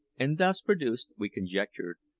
and thus produced, we conjectured,